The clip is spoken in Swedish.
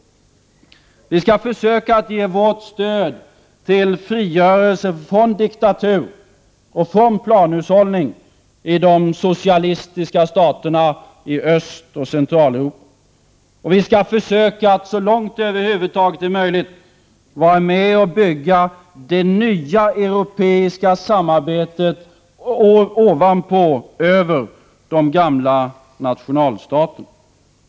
Vi skall försöka att ge vårt stöd till frigörelsen från diktatur och planhushållning i de socialistiska staterna i Östoch Centraleuropa. Vi skall så långt det över huvud taget är möjligt försöka att vara med och bygga det nya europeiska samarbetet över de gamla nationalstaterna.